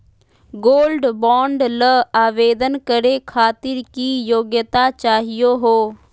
Gold bond ल आवेदन करे खातीर की योग्यता चाहियो हो?